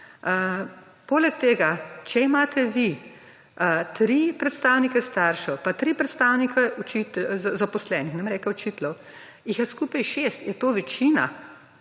Poleg tega, če imate vi 3 predstavnike staršev, pa 3 predstavnike zaposlenih, ne bom rekla učiteljev, jih je skupaj 6, je to večina.